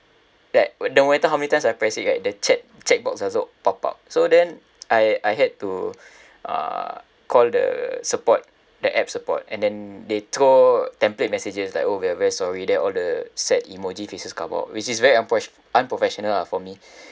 like no matter how many times I pressed it right the chat chat box doesn't pop up so then I I had to uh call the support the app support and then they throw template messages like oh we're very sorry then all the sad emoji faces come out which is very unprof~ unprofessional ah for me